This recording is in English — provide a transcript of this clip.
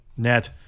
net